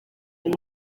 kuri